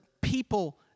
people